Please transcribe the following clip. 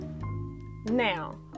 now